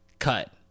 cut